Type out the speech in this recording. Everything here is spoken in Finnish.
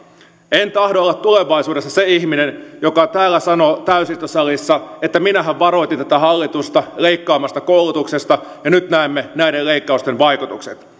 en tahdo olla tulevaisuudessa se ihminen joka täällä sanoo täysistuntosalissa että minähän varoitin tätä hallitusta leikkaamasta koulutuksesta ja nyt näemme näiden leikkausten vaikutukset